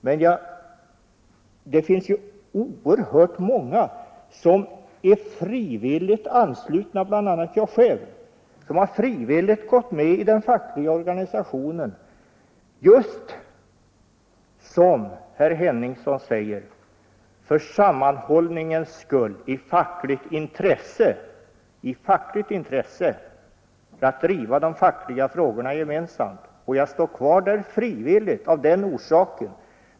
Men det finns oerhört många som är frivilligt anslutna, bl.a. jag själv, som har frivilligt gått med i den fackliga organisationen just — som herr Henningsson säger — för sammanhållningens skull i fackligt intresse, för att driva de fackliga frågorna gemensamt. Jag står kvar där frivilligt av den orsaken.